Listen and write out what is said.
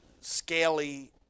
scaly